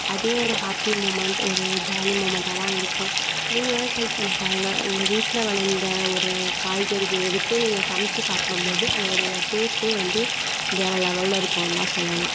அதுவும் ஒரு happy moment ஒரு ஜாலி மூமெண்ட்டாக தான் இருக்கும் நீங்கள் வேணா ட்ரை பண்ணி பாருங்கள் உங்கள் வீட்டில் வளர்ந்த ஒரு காய்கறியை எடுத்து நீங்கள் சமைச்சி சாப்பிடும் போது அதோடைய டேஸ்ட்டே வந்து வேற லெவலில் இருக்குன்னு தான் சொல்லணும்